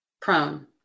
prone